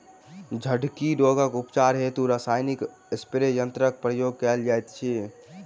झड़की रोगक उपचार हेतु रसायनिक स्प्रे यन्त्रकक प्रयोग कयल जाइत अछि